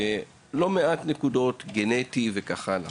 נושא גנטי וכך הלאה.